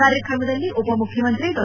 ಕಾರ್ಯಕ್ರಮದಲ್ಲಿ ಉಪಮುಖ್ಯಮಂತ್ರಿ ಡಾ